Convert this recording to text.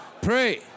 Pray